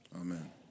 Amen